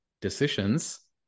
decisions